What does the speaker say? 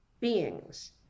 beings